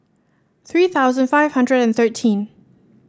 three thousand five hundred and thirteen